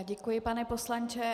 Děkuji, pane poslanče.